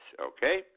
okay